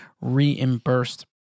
reimbursed